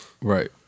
Right